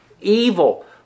evil